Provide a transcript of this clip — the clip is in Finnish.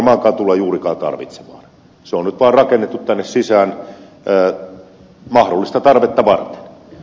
se on nyt vaan rakennettu tänne sisään mahdollista tarvetta varten